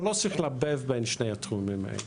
אבל לא צריך לערבב בין שני התחומים האלה.